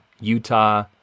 Utah